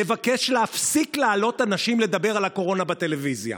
לבקש להפסיק להעלות אנשים לדבר על קורונה בטלוויזיה.